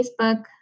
Facebook